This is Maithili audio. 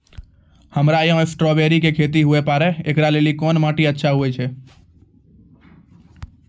हमरा यहाँ स्ट्राबेरी के खेती हुए पारे, इकरा लेली कोन माटी अच्छा होय छै?